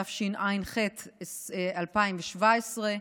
התשע"ח 2017,